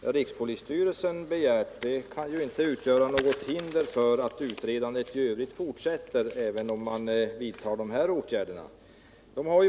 rikspolisstyrelsen begärt kan ju inte utgöra något hinder för att utredandet i övrigt fortsätter, även om man vidtar de åtgärderna.